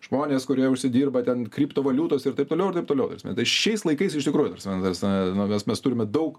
žmonės kurie užsidirba ten kriptovaliutos ir taip toliau ir taip toliau ta prasme tai šiais laikais iš tikrųjų ta prasme ta prasme na mes mes turime daug